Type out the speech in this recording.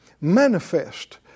manifest